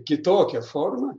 kitokia forma